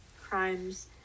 crimes